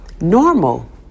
Normal